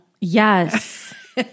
Yes